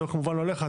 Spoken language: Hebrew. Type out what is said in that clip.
זה כמובן לא אליך.